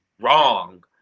wrong